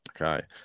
Okay